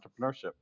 entrepreneurship